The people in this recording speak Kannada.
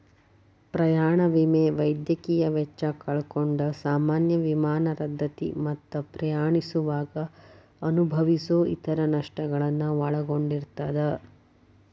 ಪ್ರಯಾಣ ವಿಮೆ ವೈದ್ಯಕೇಯ ವೆಚ್ಚ ಕಳ್ಕೊಂಡ್ ಸಾಮಾನ್ಯ ವಿಮಾನ ರದ್ದತಿ ಮತ್ತ ಪ್ರಯಾಣಿಸುವಾಗ ಅನುಭವಿಸೊ ಇತರ ನಷ್ಟಗಳನ್ನ ಒಳಗೊಂಡಿರ್ತದ